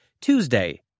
Tuesday